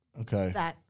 Okay